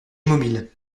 immobile